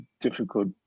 difficult